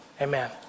amen